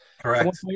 Correct